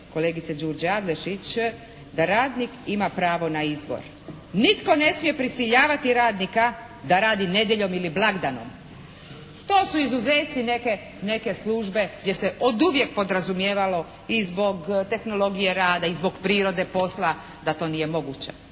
kolegice Đurđe Adlešić da radnik ima pravo na izbor. Nitko ne smije prisiljavati radnika da radi nedjeljom ili blagdanom. To su izuzeci neke službe gdje se oduvijek podrazumijevalo i zbog tehnologije rada i zbog prirode posla da to nije moguće,